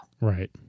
Right